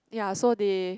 ya so they